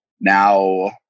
now